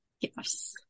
Yes